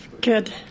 Good